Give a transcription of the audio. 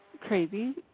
crazy